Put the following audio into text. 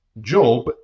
Job